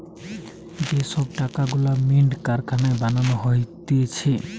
যে সব টাকা গুলা মিন্ট কারখানায় বানানো হতিছে